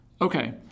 Okay